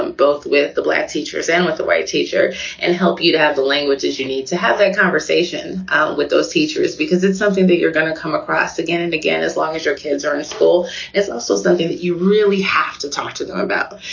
and both with the black teachers and with the white teacher and help you to have the languages. you need to have that conversation with those teachers, because it's something that you're going to come across again and again as long as your kids are in school it's also something that you really have to talk to them about.